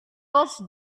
was